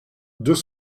deux